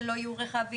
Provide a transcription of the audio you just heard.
שלא יהיו רכבים,